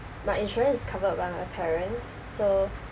my insurance is covered by my parents so